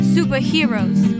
Superheroes